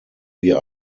wir